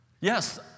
Yes